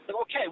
Okay